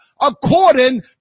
according